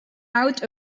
out